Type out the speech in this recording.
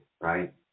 right